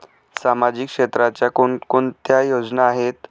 सामाजिक क्षेत्राच्या कोणकोणत्या योजना आहेत?